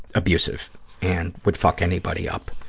abusive and would fuck anybody up,